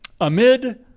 amid